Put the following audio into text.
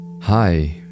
Hi